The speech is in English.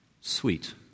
sweet